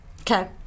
Okay